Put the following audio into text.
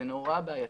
זה נורא בעייתי.